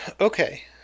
Okay